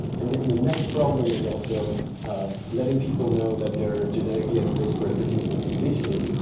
and then the next problem is also letting people know that they're genetically at risk for a particular condition,